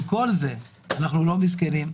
עם כל זה, אנחנו לא מסכנים.